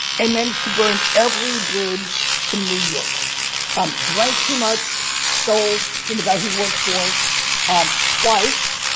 and managed to burn every bridge in new york um drank too much, stole from the guy he worked for um twice,